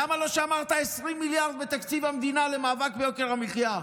למה לא שמרת 20 מיליארד בתקציב המדינה למאבק ביוקר המחיה?